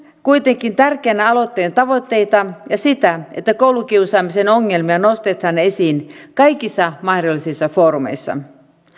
kuitenkin tärkeänä aloitteen tavoitteita ja sitä että koulukiusaamisen ongelmia nostetaan esiin kaikissa mahdollisissa foorumeissa